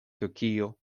turkio